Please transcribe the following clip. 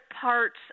parts